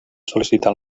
sol·licitar